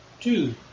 Two